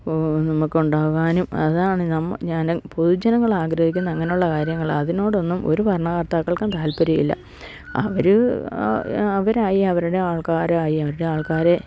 നമുക്ക് ഉണ്ടാകാനും അതാണ് ഞാന് പൊതുജനങ്ങളാഗ്രഹിക്കുന്ന അങ്ങനുള്ള കാര്യങ്ങളാണ് അതിനോടൊന്നും ഒരു ഭരണ കർത്താക്കൾക്കും താല്പര്യമില്ല അവര് അവരായി അവരുടെ ആൾക്കാരായി അവരുടെ ആൾക്കാരെ